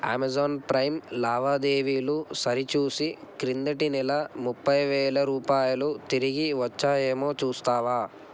Amazon Prime లావాదేవీలు సరిచూసి క్రిందటి నెల ముపై వేల రూపాయలు తిరిగి వచ్చాయేమో చూస్తావా